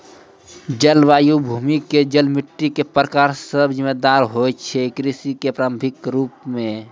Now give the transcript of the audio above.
जलवायु, भूमि के जल, मिट्टी के प्रकार सब जिम्मेदार होय छै कृषि कॅ प्रभावित करै मॅ